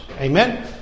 amen